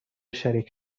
شریک